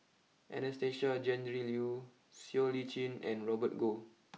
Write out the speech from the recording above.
Anastasia Tjendri Liew Siow Lee Chin and Robert Goh